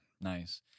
Nice